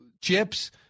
chips